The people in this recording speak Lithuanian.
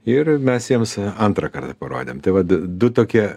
ir mes jiems antrą kartą parodėm tai vat du tokie